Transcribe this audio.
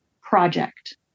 project